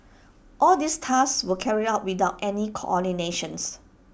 all these tasks were carried out without any coordination